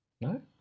No